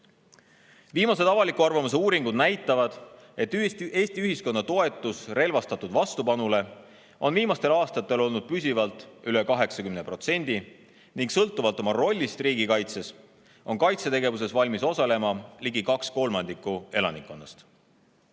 Viimased avaliku arvamuse uuringud näitavad, et Eesti ühiskonna toetus relvastatud vastupanule on viimastel aastatel olnud püsivalt üle 80% ning sõltuvalt oma rollist riigikaitses on kaitsetegevuses valmis osalema ligi kaks